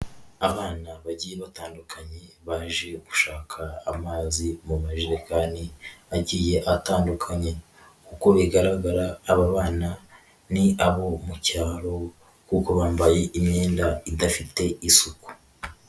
abana bagiye batandukanye baje gushaka amazi mu majerekani agiye atandukanye, uko bigaragara aba bana ni abo mu cyaro kuko bambaye imyenda idafite isuku.